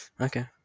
Okay